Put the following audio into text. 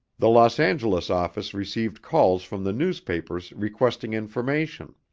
the los angeles office received calls from the newspapers requesting information.